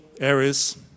areas